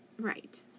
Right